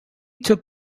took